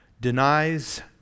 denies